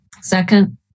Second